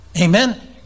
Amen